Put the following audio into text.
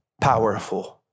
powerful